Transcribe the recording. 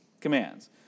commands